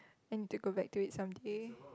I need to go back to it someday